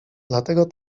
dlatego